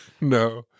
No